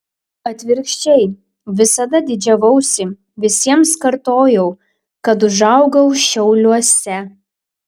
atvirkščiai visada didžiavausi visiems kartojau kad užaugau šiauliuose